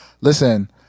listen